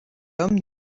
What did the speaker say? homme